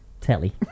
telly